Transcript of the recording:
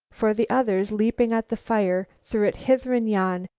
for the others, leaping at the fire, threw it hither and yon,